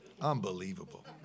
Unbelievable